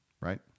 right